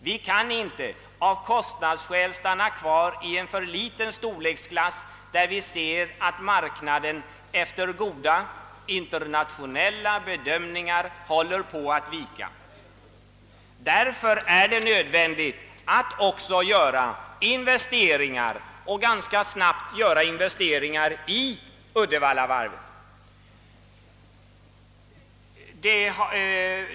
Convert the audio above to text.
Vi kan inte av kostnadsskäl hålla fast vid att bygga fartyg av alltför liten storleksklass, när vi vet att marknaden enligt bästa internationella bedömningar håller på att vika beträffande fartyg av detta slag. Därför är det nödvändigt att tämligen omgående göra investeringar i Uddevallavarvet.